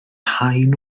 haen